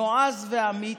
נועז ואמיץ,